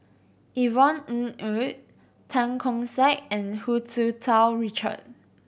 Yvonne Ng Uhde Tan Keong Saik and Hu Tsu Tau Richard